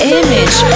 image